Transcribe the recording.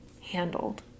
handled